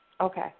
Okay